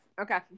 Okay